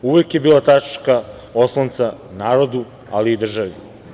Uvek je bila tačka oslonca narodu ali i državi.